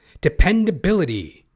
Dependability